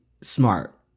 smart